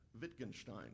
Wittgenstein